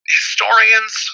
historians